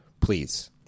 Please